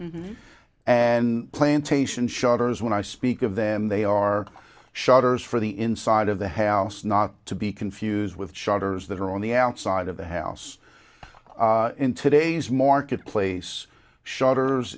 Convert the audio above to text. and plantation shutters when i speak of them they are shutters for the inside of the house not to be confused with shutters that are on the outside of the house in today's market place shutters